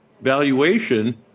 valuation